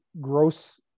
gross